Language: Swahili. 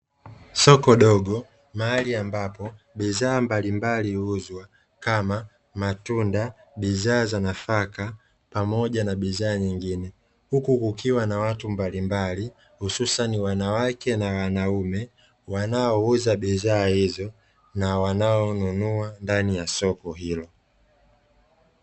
Soko dogo mahali ambapo bidhaa mbalimbali huuzwa kama matunda, bidhaa za nafaka pamoja na bidhaa nyingine. Huku kukiwa na watu mbalimbali hususani wanawake na wanaume wanaouza bidhaa hizo na wanaonunua ndani ya soko hilo.